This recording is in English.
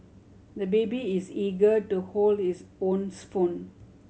the baby is eager to hold his own spoon